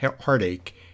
heartache